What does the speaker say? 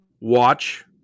watch